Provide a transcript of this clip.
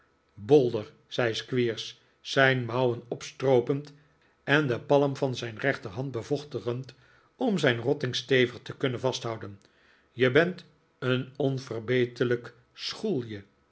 bolder zei squeers zijn mouwen opstroopend en de palm van zijn rechterhand bevochtigend om zijn rotting stevig te kunnen vasthouden je bent een onverbeterlijke schoelje